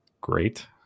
great